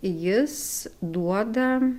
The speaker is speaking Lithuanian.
jis duoda